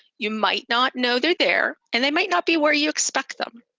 you might not know they're there and they might not be where you expect them.